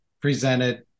presented